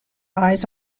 eyes